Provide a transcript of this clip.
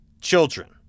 children